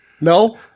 No